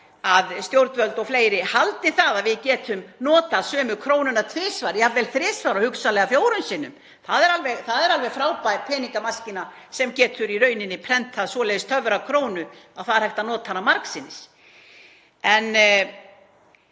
að stjórnvöld og fleiri haldi að við getum notað sömu krónurnar tvisvar, jafnvel þrisvar og hugsanlega fjórum sinnum. Það er alveg frábær peningamaskína sem getur í rauninni prentað svoleiðis töfrakrónu að það er hægt að nota hana margsinnis.